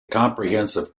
comprehensive